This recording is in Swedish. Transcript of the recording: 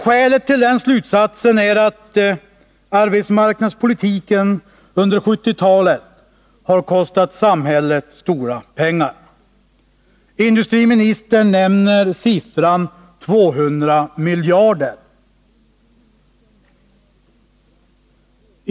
Skälet till den slutsatsen är att arbetsmarknadspolitiken under 1970-talet har kostat samhället stora pengar; industriministern nämner siffran 200 miljarder.